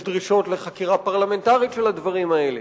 יש דרישות לחקירה פרלמנטרית של הדברים האלה.